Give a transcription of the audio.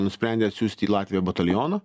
nusprendė atsiųsti į latviją batalioną